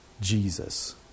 Jesus